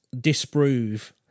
disprove